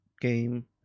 game